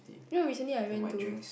you know recently I went to